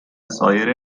سایر